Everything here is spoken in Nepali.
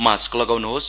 मास्क लगाउन्होस्